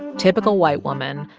typical white woman,